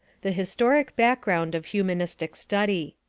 the historic background of humanistic study.